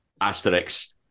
Asterix